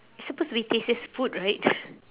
it's supposed to be tastiest food right